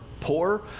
poor